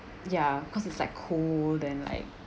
ya cause it's like cold and like